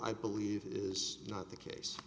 i believe is not the case